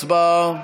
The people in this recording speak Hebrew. הצבעה.